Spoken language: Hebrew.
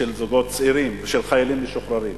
של זוגות צעירים ושל חיילים משוחררים.